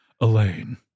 Elaine